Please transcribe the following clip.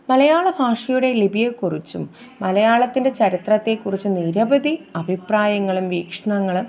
മലയാള ഭാഷയുടെ ലിപിയെ കുറിച്ചും മലയാളത്തിന്റെ ചരിത്രത്തെ കുറിച്ചും നിരവധി അഭിപ്രായങ്ങളും വീക്ഷണങ്ങളും